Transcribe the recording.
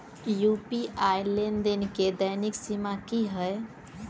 UPI लेनदेन केँ दैनिक सीमा की है?